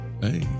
Hey